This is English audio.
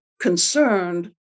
concerned